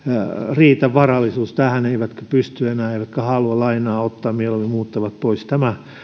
riitä varallisuus tähän eivätkä he enää pysty eivätkä halua lainaa ottaa mieluummin muuttavat pois tämä